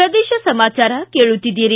ಪ್ರದೇಶ ಸಮಾಚಾರ ಕೇಳುತ್ತಿದ್ದೀರಿ